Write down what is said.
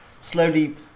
slowly